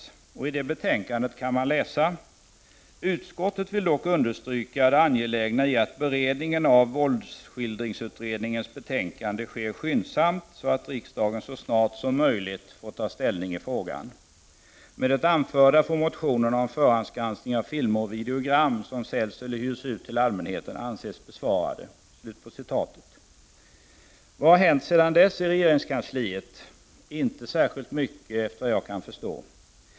I Aearder Or - det betänkandet kan man läsa: ”Utskottet vill dock understryka det angeskildringar i videogram m.m. lägna i att beredningen av våldsskildringsutredningens betänkande sker skyndsamt så att riksdagen så snart som möjligt får ta ställning i frågan. Med det anförda får motionerna om förhandsgranskning av filmer och videogram som säljs eller hyrs ut till allmänheten anses besvarade.” Vad har hänt sedan dess i regeringskansliet? Inte särskilt mycket, såvitt jag kan förstå.